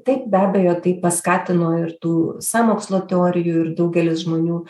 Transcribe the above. taip be abejo tai paskatino ir tų sąmokslo teorijų ir daugelis žmonių